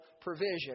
provision